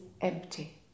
empty